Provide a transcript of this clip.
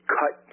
cut